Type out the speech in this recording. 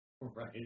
right